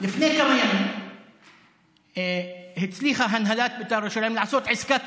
לפני כמה ימים הצליחה הנהלת בית"ר ירושלים לעשות עסקה טובה: